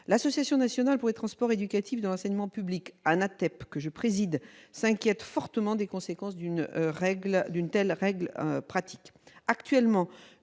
L'Association nationale pour les transports éducatifs de l'enseignement public, l'ANATEEP, que je préside, s'inquiète fortement des conséquences d'une telle règle pratique.